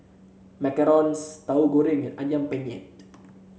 Macarons Tahu Goreng and ayam Penyet